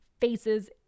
faces